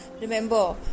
Remember